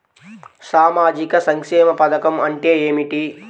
సామాజిక సంక్షేమ పథకం అంటే ఏమిటి?